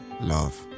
love